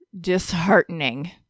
disheartening